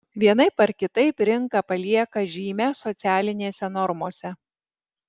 vienaip ar kitaip rinka palieka žymę socialinėse normose